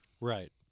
Right